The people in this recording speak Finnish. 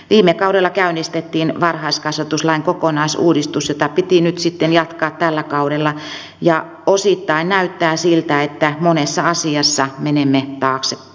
viime kaudella käynnistettiin varhaiskasvatuslain kokonaisuudistus jota piti nyt sitten jatkaa tällä kaudella ja osittain näyttää siltä että monessa asiassa menemme taaksepäin